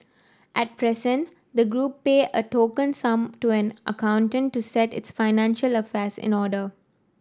at present the group pay a token sum to an accountant to set its financial affairs in order